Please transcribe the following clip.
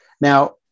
Now